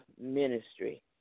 ministry